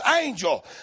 angel